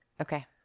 Okay